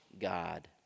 God